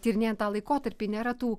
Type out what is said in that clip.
tyrinėjant tą laikotarpį nėra tų